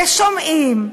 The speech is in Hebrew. שומעים,